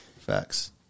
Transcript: Facts